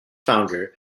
founder